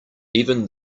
even